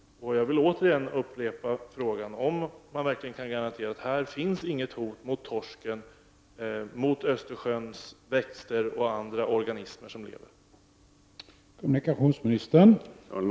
Jag vill återigen ställa frågan: Kan man verkligen garantera att här inte finns något hot mot torsken, Östersjöns växter och andra organismer som lever i Östersjön?